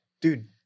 Dude